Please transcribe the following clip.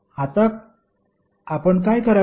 आता आपण काय करावे